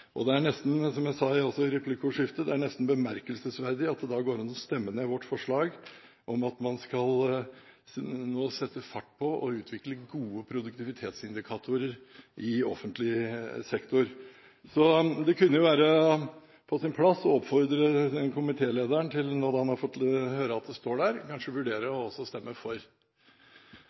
replikkordskiftet, er det nesten bemerkelsesverdig at det da går an å stemme ned vårt forslag om at man nå må sette fart på å utvikle gode produktivitetsindikatorer i offentlig sektor. Så det kunne jo være på sin plass å oppfordre komitelederen, når han nå har fått høre at det står der, til å vurdere å stemme for.